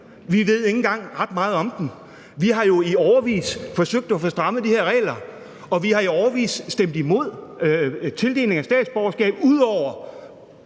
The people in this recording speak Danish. Vi ved ikke engang ret meget om dem. Vi har jo i årevis forsøgt at få strammet de her regler, og vi har i årevis stemt imod tildeling af statsborgerskab udover